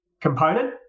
component